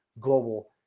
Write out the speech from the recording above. global